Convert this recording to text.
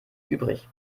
übrig